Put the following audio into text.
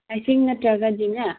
icing ꯅꯠꯇ꯭ꯔꯒꯗꯤꯅꯦ